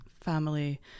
family